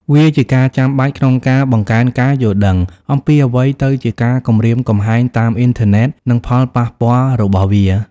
វាជាការចាំបាច់ក្នុងការ បង្កើនការយល់ដឹង អំពីអ្វីទៅជាការគំរាមកំហែងតាមអ៊ីនធឺណិត និងផលប៉ះពាល់របស់វា។